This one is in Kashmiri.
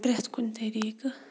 پرٮ۪تھ کُنہِ طٔریقہٕ